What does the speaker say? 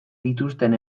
dituzten